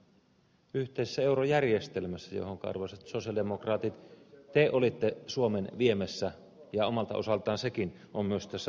me olemme yhteisessä eurojärjestelmässä johonka arvoisat sosialidemokraatit te olitte suomen viemässä ja omalta osaltaan sekin on myös tässä taustalla